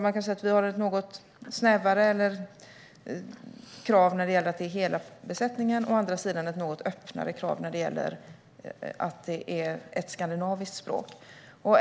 Man kan säga att vi har ett något snävare krav på så sätt att det gäller hela besättningen, men å andra sidan ett något öppnare krav i och med formuleringen om "ett skandinaviskt språk".